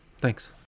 Thanks